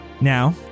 Now